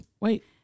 wait